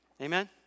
Amen